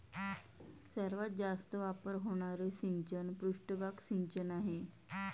सर्वात जास्त वापर होणारे सिंचन पृष्ठभाग सिंचन आहे